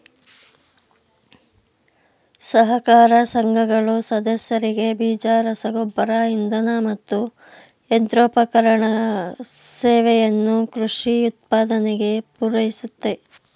ಸಹಕಾರ ಸಂಘಗಳು ಸದಸ್ಯರಿಗೆ ಬೀಜ ರಸಗೊಬ್ಬರ ಇಂಧನ ಮತ್ತು ಯಂತ್ರೋಪಕರಣ ಸೇವೆಯನ್ನು ಕೃಷಿ ಉತ್ಪಾದನೆಗೆ ಪೂರೈಸುತ್ತೆ